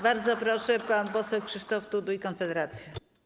Bardzo proszę, pan poseł Krzysztof Tuduj, Konfederacja.